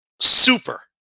super